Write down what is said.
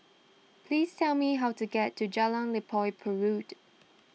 please tell me how to get to Jalan Limau Purut